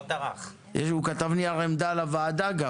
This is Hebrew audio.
הוא גם כתב נייר עמדה לוועדה,